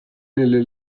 nelle